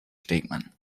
stegemann